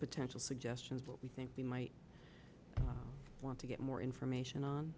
potential suggestions but we think we might want to get more information on